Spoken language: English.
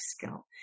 skill